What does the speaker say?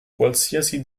qualsiasi